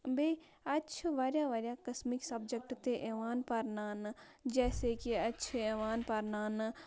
بیٚیہِ اَتہِ چھِ واریاہ واریاہ قٕسمٕکۍ سَبجَکٹہٕ تہِ یوان پَرناونہٕ جیسے کہِ اَتہِ چھِ یوان پَرناونہٕ